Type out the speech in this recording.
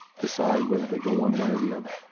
decide whether they go one way or the other.